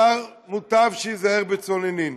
מוטב שייזהר בצוננין.